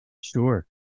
Sure